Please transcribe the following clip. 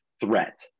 threat